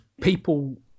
people